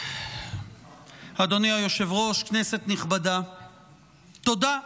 אדוני היושב-ראש, כנסת נכבדה, תודה.